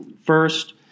First